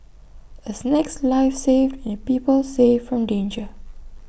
A snake's life saved and people saved from danger